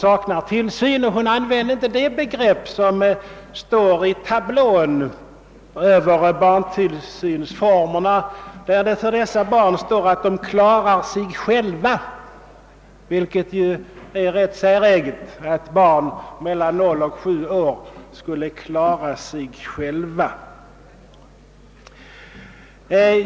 Men hon använde inte det begrepp som står i tablån över tillsynsformerna. Där står nämligen att dessa barn »klarar sig själva». Det är ganska säreget att barn mellan noll och sju år skulle kunna klara sig själva.